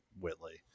Whitley